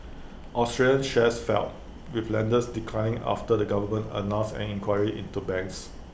Australian shares fell with lenders declining after the government announced an inquiry into banks